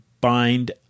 bind